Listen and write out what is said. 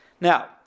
Now